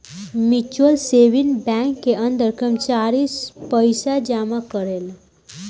mutual saving bank के अंदर कर्मचारी सब पइसा जमा करेले